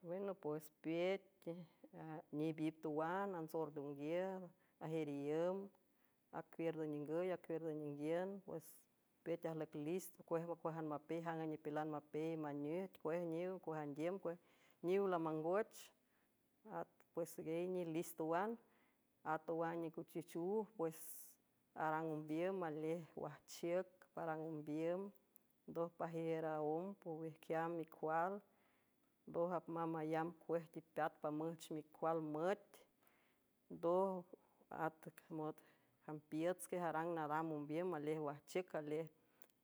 Bueno pues, piüt a ñibi toan an sordo guier, ajier ien akier ñaninguy akier ninguien, ps püt ajlock listo kuej kuej almapej jan a ñipelan mapej mañëjc kuej ñiw kuej andiem, kuej ñiw lamangoch, pues guey ñi listo toan, atoan ñikuchij chuuj pues, aran mbiem majliej waj chieck, param mbiem doj pajier aom poj ejkiam mi kual, doj ajmam allam pues ti peat pajmuch mi kual müt, doj at mod jan, piets kej aran nadam umbien maliej waschieck, aliej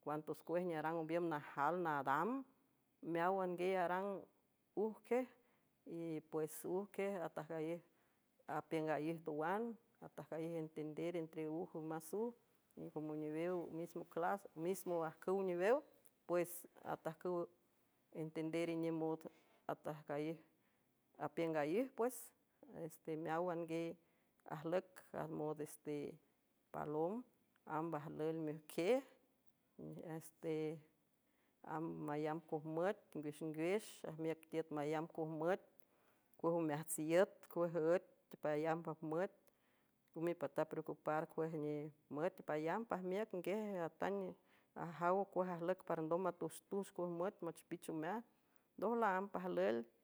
cuanto escuej naran umbiem najal nadam, meawan guey aran, uj kej y pues uj kej ajtaj, kallej apiej ngalley tuan ajtaj kallej ataj entender uj entre mas uj, como lliwew mismo clas mismo ajkuj ñiwew, pues ajtajkuw, entender ñi mod, ajtaj callej apien ngalluj meawan gue ajlock, ajmod este balom ambaj muelt kej, este am mayam koj müet, nguis nguish ajmiet tiet mayam kuej müet kuej, umeajts iet kuej iet payam paj müet ngumi pajta preocupar, kuej ñi muet payam paj miet nguej atam ajaw kuej ajlock pardom ma tuj tush tush kuej muet machuj pich, umeajt doj laam pajluelt at.